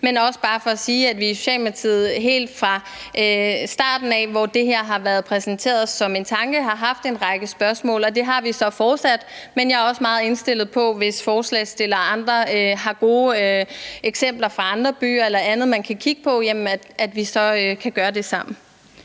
er også bare for at sige, at vi i Socialdemokratiet helt fra starten af, hvor det her har været præsenteret som en tanke, har haft en række spørgsmål. Og det har vi så fortsat, men jeg er også meget indstillet på, hvis forslagsstilleren eller andre har gode eksempler fra andre byer eller andet, man kan kigge på, at vi så kan gøre det sammen.